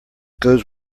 goes